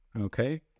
okay